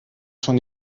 schon